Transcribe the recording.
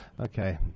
Okay